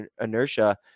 inertia